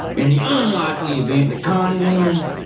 in the unlikely event that connie wins.